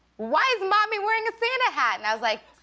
why is momma wearing a santa hat? and i'm like,